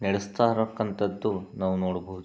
ನಡೆಸ್ತಾಯಿರಕ್ಕಂಥದ್ದು ನಾವು ನೋಡ್ಬೋದು